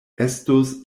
estus